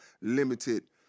limited